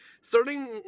Starting